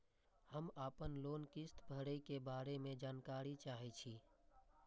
हम आपन लोन किस्त भरै के बारे में जानकारी चाहै छी?